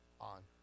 on